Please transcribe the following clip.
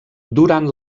durant